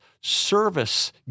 Service